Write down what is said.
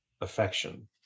affection